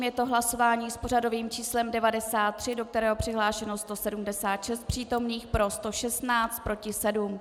Je to hlasování s pořadovým číslem 93, do kterého je přihlášeno 176 přítomných, pro 116, proti 7.